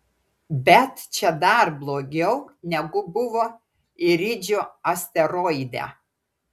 bet čia dar blogiau negu buvo iridžio asteroide